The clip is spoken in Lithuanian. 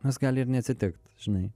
nes gali ir neatsitikt žinai